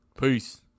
Peace